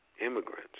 immigrants